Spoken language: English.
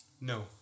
No